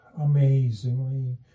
amazingly